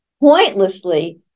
pointlessly